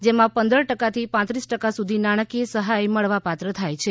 જેમાં પંદર ટકાથી પાત્રીસ ટકા સુધી નાણાંકીય સહાય મળવાપાત્ર થાય છે